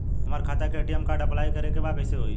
हमार खाता के ए.टी.एम कार्ड अप्लाई करे के बा कैसे होई?